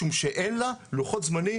משום שאין לה לוחות זמנים,